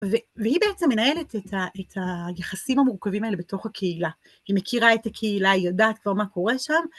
והיא בעצם מנהלת את היחסים המורכבים האלה בתוך הקהילה, היא מכירה את הקהילה, היא יודעת כבר מה קורה שם